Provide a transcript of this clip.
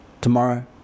Tomorrow